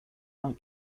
art